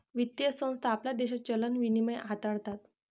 वित्तीय संस्था आपल्या देशात चलन विनिमय हाताळतात